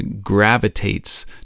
gravitates